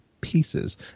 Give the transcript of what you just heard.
pieces